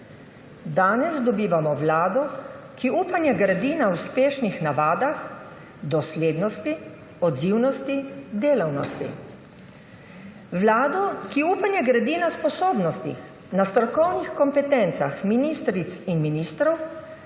Danes dobivamo vlado, ki upanje gradi na uspešnih navadah, doslednosti, odzivnosti, delavnosti. Vlado, ki upanje gradi na sposobnostih, na strokovnih kompetencah ministric in ministrov